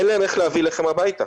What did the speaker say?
אין להם איך להביא לחם הביתה.